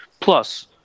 plus